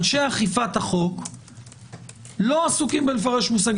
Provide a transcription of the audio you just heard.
אנשי אכיפת החוק לא עסוקים בפירוש.